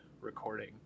recording